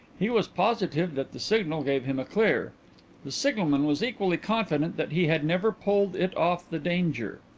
he was positive that the signal gave him a clear the signalman was equally confident that he had never pulled it off the danger.